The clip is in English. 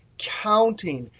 counting,